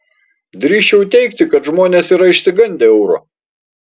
drįsčiau teigti kad žmonės yra išsigandę euro